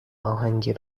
اهنگی